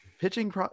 pitching